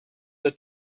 the